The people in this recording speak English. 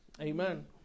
Amen